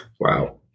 Wow